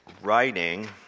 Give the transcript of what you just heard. writing